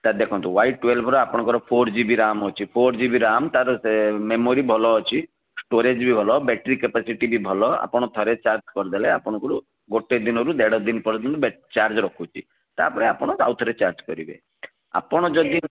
sir ଦେଖନ୍ତୁ Y twelve ର ଆପଣଙ୍କର ଫୋର୍ ଜିବି ରେମ୍ ଅଛି ଫୋର୍ ଜିବି ରେମ୍ ତା'ର ସେ ମେମୋରୀ ଭଲ ଅଛି ଷ୍ଟୋରେଜ୍ ବି ଭଲ ବେଟ୍ରି କ୍ୟାପାସିଟି ବି ଭଲ ଆପଣ ଥରେ ଚାର୍ଜ କରିଦେଲେ ଆପଣଙ୍କରୁ ଗୋଟେ ଦିନ ବି ଦେଢ଼ ଦିନ ପର୍ଯ୍ୟନ୍ତ ଚାର୍ଜ ରଖୁଛି ତା'ପରେ ଆପଣ ଆଉ ଥରେ ଚାର୍ଜ କରିବେ ଆପଣ ଯଦି